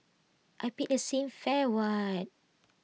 I paid the same fare what